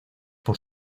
por